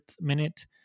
minute